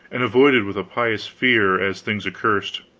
and avoided with a pious fear, as things accursed.